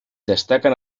destaquen